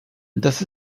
das